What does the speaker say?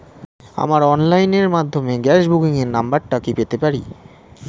আমার অনলাইনের মাধ্যমে গ্যাস বুকিং এর নাম্বারটা কি পেতে পারি?